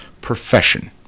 profession